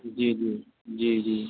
جی جی جی جی